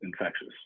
infectious